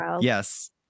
Yes